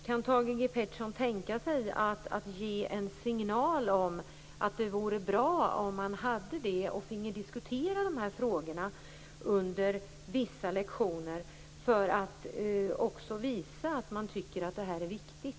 Kan Thage G Peterson tänka sig att ge en signal om att det vore bra om man gjorde det och finge diskutera de här frågorna under vissa lektioner för att visa att man tycker att det här är viktigt?